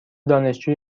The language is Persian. دانشجوی